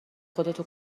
خودتو